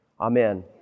Amen